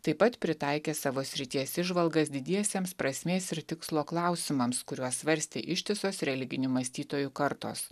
taip pat pritaikė savo srities įžvalgas didiesiems prasmės ir tikslo klausimams kuriuos svarstė ištisos religinių mąstytojų kartos